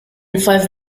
five